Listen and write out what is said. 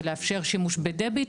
ולאפשר שימוש ב-Debit.